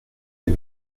les